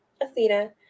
Athena